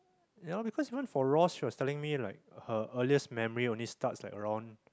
ya because even for Ross she was telling me like her earliest memory only start like around